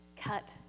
cut